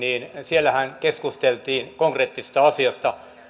siellähän keskusteltiin konkreettisesta asiasta